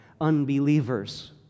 unbelievers